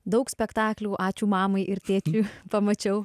daug spektaklių ačiū mamai ir tėčiui pamačiau